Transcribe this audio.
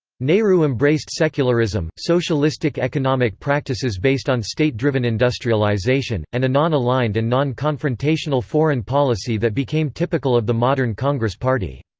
nehru embraced secularism, socialistic economic practices based on state-driven industrialisation, and a non-aligned and non-confrontational foreign policy that became typical of the modern congress party.